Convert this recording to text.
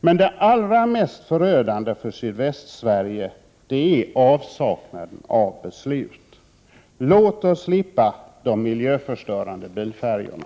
Men det allra mest förödande för Sydvästsverige är avsaknaden av beslut. Låt oss slippa de miljöförstörande bilfärjorna.